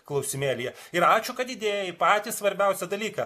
klausimėlyje ir ačiū kad įdėjai patį svarbiausią dalyką